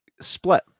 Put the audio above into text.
split